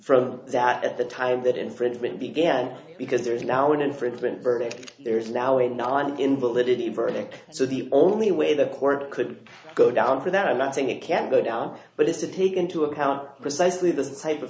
from that at the time that infringement began because there is now an infringement verdict there is now a non invalidity verdict so the only way the court could go down for that i'm not saying it can't go down but is to take into account precisely the type of